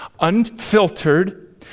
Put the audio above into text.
unfiltered